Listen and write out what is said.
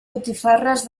botifarres